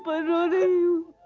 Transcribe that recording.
but duryodhan